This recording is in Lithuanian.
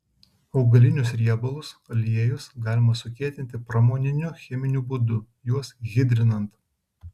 augalinius riebalus aliejus galima sukietinti pramoniniu cheminiu būdu juos hidrinant